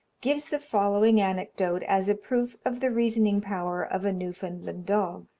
gives the following anecdote as a proof of the reasoning power of a newfoundland dog.